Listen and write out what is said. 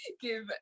give